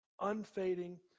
unfading